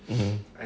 mm